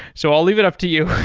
so i'll leave it up to you.